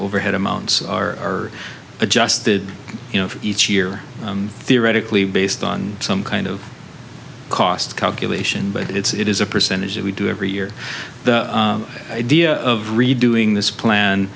overhead amounts are adjusted you know each year theoretically based on some kind of cost calculation but it's it is a percentage that we do every year the idea of redoing this plan